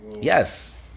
Yes